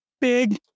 big